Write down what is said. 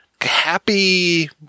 happy